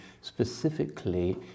specifically